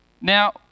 Now